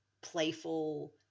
playful